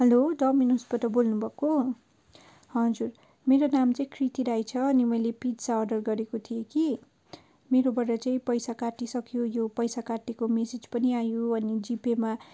hello डोमिनोसबाट बोल्नुभएको हजुर मेरो नाम चाहिँ कृति राई छ अनि मैले पिज्जा अर्डर गरेको थिएँ कि मेरोबाट चाहिँ पैसा काटिसक्यो यो पैसा काटिएको म्यासेज पनि आयो अनि जिपेमा